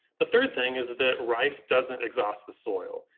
the third thing is that rice doesn't exhaust the soil.